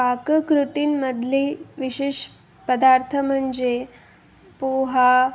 पाककृतींमधली विशेष पदार्थ म्हणजे पोहा